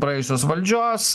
praėjusios valdžios